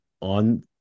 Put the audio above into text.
on